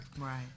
Right